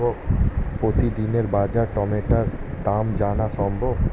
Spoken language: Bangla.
প্রতিদিনের বাজার টমেটোর দাম জানা সম্ভব?